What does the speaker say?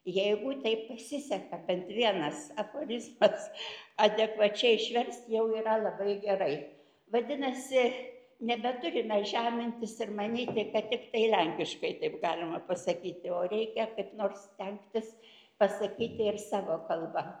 jeigu taip pasiseka bent vienas aforizmas adekvačiai išverst jau yra labai gerai vadinasi nebeturime žemintis ir manyti kad tiktai lenkiškai taip galima pasakyti o reikia kaip nors stengtis pasakyti ir savo kalba